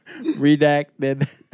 Redacted